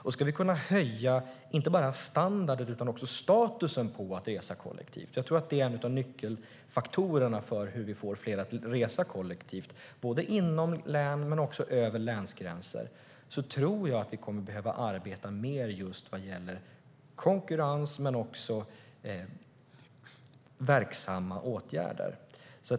Om vi ska kunna höja inte bara standarden utan också statusen på att resa kollektivt - för jag tror att det är en av nyckelfaktorerna för hur vi får fler att resa kollektivt både inom län och över länsgränser - tror jag att vi kommer att behöva arbeta mer just vad gäller konkurrens men också verksamma åtgärder.